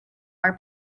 are